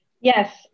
Yes